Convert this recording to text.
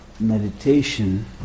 Meditation